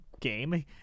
game